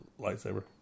lightsaber